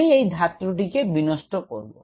আমি এই ধাত্রটিকে বিনষ্ট করব